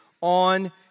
on